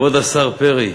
כבוד השר פרי,